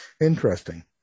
Interesting